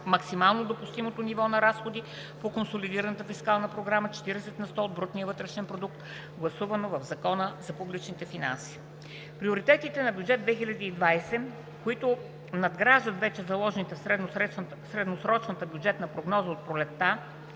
максимално допустимото ниво на разходите по Консолидираната фискална програма от 40 на сто от брутния вътрешен продукт, гласувано в Закона за публичните финанси. Приоритетите на бюджет 2020, които надграждат вече заложените в средносрочната бюджетна прогноза от пролетта